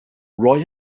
roy